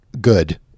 good